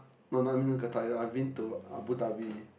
no no I mean not Qatar I've been to Abu-Dhabi